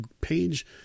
page